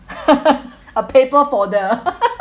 a paper folder